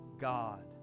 God